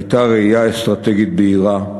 הייתה ראייה אסטרטגית בהירה,